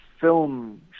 film